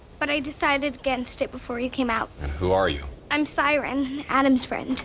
but i decided against it before you came out. and who are you? i'm siren, adam's friend.